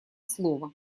слово